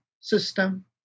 system